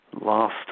last